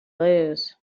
lose